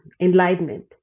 enlightenment